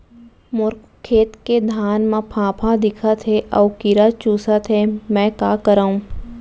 मोर खेत के धान मा फ़ांफां दिखत हे अऊ कीरा चुसत हे मैं का करंव?